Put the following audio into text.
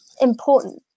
important